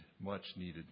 much-needed